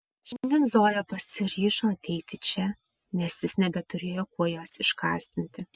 šiandien zoja pasiryžo ateiti čia nes jis nebeturėjo kuo jos išgąsdinti